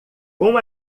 com